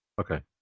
Okay